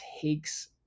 takes